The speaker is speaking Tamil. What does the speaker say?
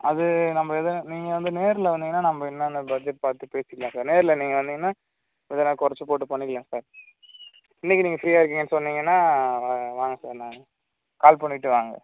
அது நம்ப எதுவும் நீங்கள் வந்து நேரில் வந்தீங்கன்னா நம்ப என்னென்ன பட்ஜெட் பார்த்து பேசிக்கலாம் சார் நேரில் நீங்கள் வந்தீங்கன்னா எதனா குறச்சு போட்டு பண்ணிக்கலாம் சார் என்னைக்கு நீங்கள் ஃப்ரீயாக இருக்கீங்க சொன்னீங்கன்னா வாங்க சார் நான் கால் பண்ணிவிட்டு வாங்க